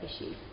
issues